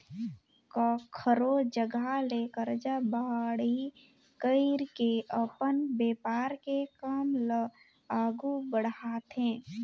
कखरो जघा ले करजा बाड़ही कइर के अपन बेपार के काम ल आघु बड़हाथे